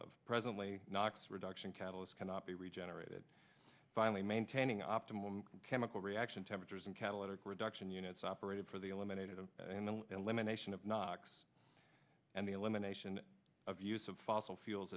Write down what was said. of presently nox reduction catalyst cannot be regenerated finally maintaining optimum chemical reaction temperatures and catalytic reduction units operated for the eliminated and the elimination of knocks and the elimination of use of fossil fuels